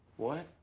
what?